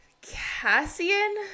cassian